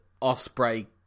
Osprey